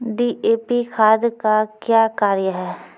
DAP खाद का क्या कार्य हैं?